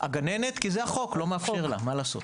כי החוק לא מאפשר לה, מה לעשות.